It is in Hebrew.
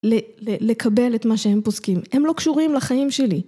לקבל את מה שהם פוסקים הם לא קשורים לחיים שלי.